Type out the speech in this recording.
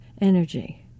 energy